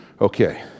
Okay